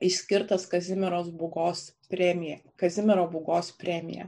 išskirtas kazimieras būgos premija kazimiero būgos premija